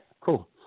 cool